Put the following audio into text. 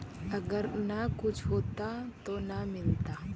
अगर न कुछ होता तो न मिलता?